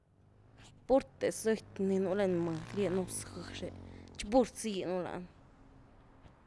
Purte zëty ni nu’ lany mëdy rieny un gus gësh re’, tchi pur rzy nu’ lany.